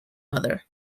mother